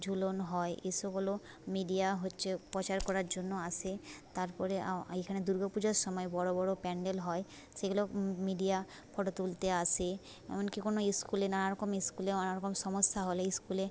ঝুলন হয় এসব হল মিডিয়া হচ্ছে প্রচার করার জন্য আসে তারপরে এইখানে দুর্গা পুজোর সময় বড় বড় প্যান্ডেল হয় সেগুলো মিডিয়া ফটো তুলতে আসে এমনকি কোনো স্কুলে নানা রকম স্কুলে নানা রকম সমস্যা হলে স্কুলে